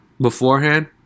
beforehand